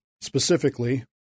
Specifically